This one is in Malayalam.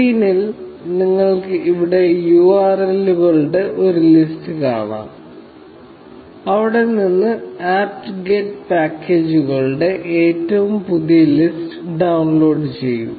സ്ക്രീനിൽ നിങ്ങൾക്ക് ഇവിടെ URL കളുടെ ഒരു ലിസ്റ്റ് കാണാം അവിടെ നിന്ന് apt get പാക്കേജുകളുടെ ഏറ്റവും പുതിയ ലിസ്റ്റ് ഡൌൺലോഡ് ചെയ്യുന്നു